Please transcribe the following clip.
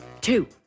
two